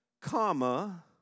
comma